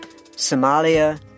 Somalia